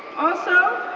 also,